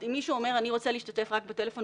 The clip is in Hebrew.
אם מישהו אומר שהוא רוצה להשתתף רק בטלפון,